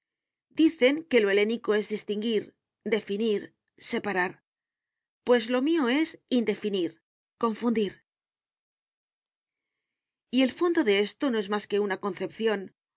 dicen que lo helénico es distinguir definir separar pues lo mío es indefinir